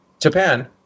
japan